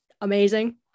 amazing